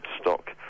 stock